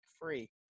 free